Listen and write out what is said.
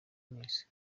mwese